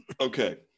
Okay